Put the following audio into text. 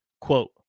Quote